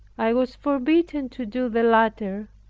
i was forbidden to do the latter,